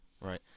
Right